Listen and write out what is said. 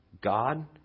God